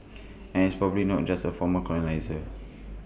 and it's probably not just A former colonisers